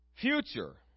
Future